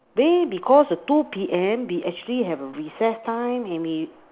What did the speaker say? they because the two P_M we actually have a recess time and we